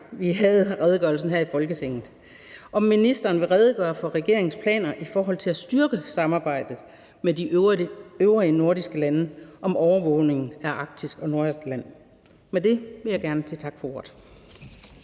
vi havde redegørelsen her i Folketinget, nemlig om ministeren vil redegøre for regeringens planer i forhold til at styrke samarbejdet med de øvrige nordiske lande om overvågningen af Arktis og Nordatlanten. Med det vil jeg gerne sige tak for ordet.